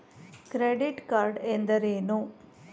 Credit card ಎಂದರೇನು?